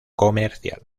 comercial